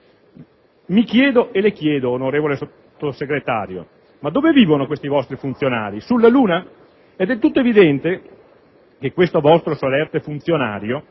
Mi chiedo e le chiedo, onorevole Sottosegretario: ma dove vivono questi vostri funzionari? Sulla luna? È del tutto evidente che questo vostro solerte funzionario